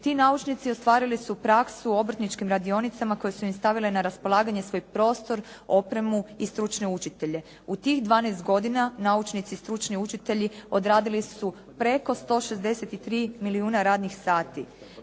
Ti naučnici ostvarili su praksu u obrtničkim radionicama koje su im stavile na raspolaganje svoj prostor, opremu i stručne učitelje. U tih 12 godina naučnici i stručni učitelji odradili su preko 163 milijuna radnih sati.